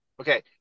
Okay